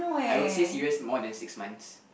I would say serious more than six months